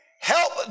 help